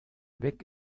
weg